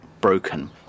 broken